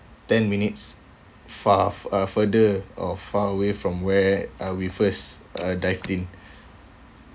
ten minutes far uh further or far away from where uh we first uh dived in